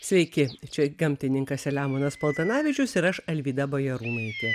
sveiki čia gamtininkas elemonas paltanavičius ir aš alvyda bajarūnaitė